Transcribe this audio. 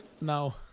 No